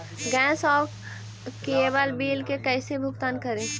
Gas और cable bill के कैसे भुगतान करी?